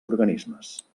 organismes